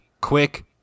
quick